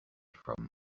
from